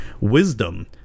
Wisdom